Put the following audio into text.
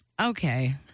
Okay